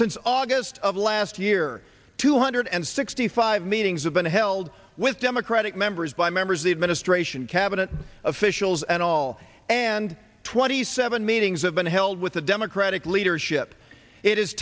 since august of last year two hundred and sixty five meetings have been held with democratic members by members of the administration cabinet officials at all and twenty seven meetings have been held with the democratic leadership it is